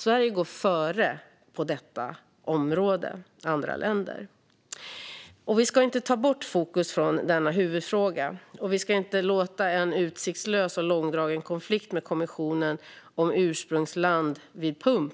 Sverige går före andra länder på detta område. Vi ska inte ta bort fokus från denna huvudfråga. Vi ska inte låta en utsiktslös och långdragen konflikt med kommissionen om ursprungsland vid pump